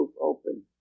open